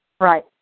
Right